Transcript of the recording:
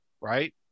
right